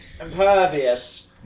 Impervious